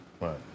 Right